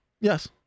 Yes